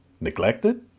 Neglected